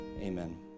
amen